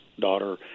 daughter